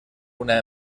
una